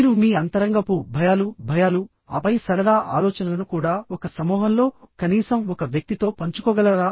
మీరు మీ అంతరంగపు భయాలు భయాలు ఆపై సరదా ఆలోచనలను కూడా ఒక సమూహంలో కనీసం ఒక వ్యక్తితో పంచుకోగలరా